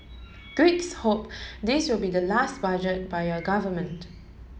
Greeks hope this will be the last budget by your government